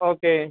okay